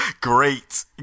Great